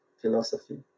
philosophy